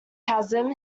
chasm